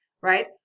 right